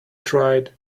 tried